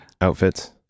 outfits